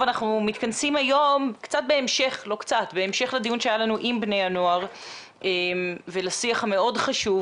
אנחנו מתכנסים היום בהמשך לדיון שהיה לנו עם בני הנוער ולשיח המאוד חשוב